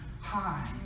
high